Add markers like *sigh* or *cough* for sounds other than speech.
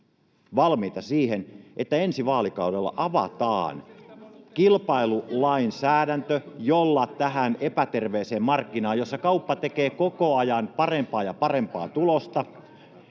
valmiita siihen, että ensi vaalikaudella avataan kilpailulainsäädäntö, *noise* jolla saadaan nyt muutos tähän epäterveeseen markkinaan, jossa kauppa tekee koko ajan parempaa ja parempaa tulosta,